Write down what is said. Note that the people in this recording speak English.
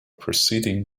proceeding